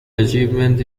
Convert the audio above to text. achievement